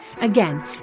Again